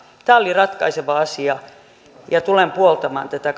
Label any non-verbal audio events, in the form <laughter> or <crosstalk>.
tämä oli ratkaiseva asia ja tulen puoltamaan tätä <unintelligible>